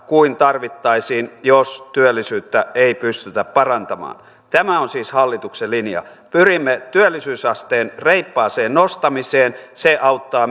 kuin tarvittaisiin jos työllisyyttä ei pystytä parantamaan tämä on siis hallituksen linja pyrimme työllisyysasteen reippaaseen nostamiseen se auttaa